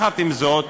עם זאת,